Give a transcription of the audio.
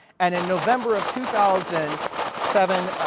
and in november of two thousand and seven,